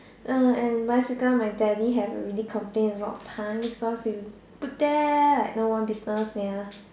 uh and bicycle my daddy have already complained a lot of times because like you pretend like no one business ya